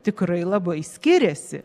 tikrai labai skiriasi